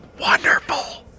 Wonderful